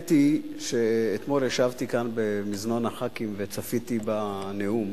האמת היא שאתמול ישבתי כאן במזנון הח"כים וצפיתי בנאום.